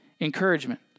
encouragement